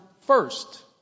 first